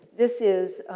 this is,